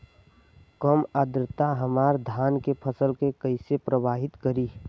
कम आद्रता हमार धान के फसल के कइसे प्रभावित करी?